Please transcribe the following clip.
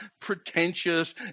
pretentious